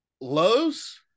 lows